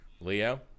Leo